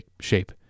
shape